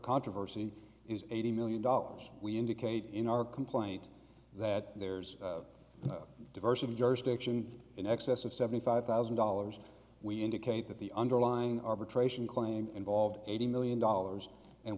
controversy is eighty million dollars we indicate in our complaint that there's diversity jurisdiction in excess of seventy five thousand dollars we indicate that the underlying arbitration claim involved eighty million dollars and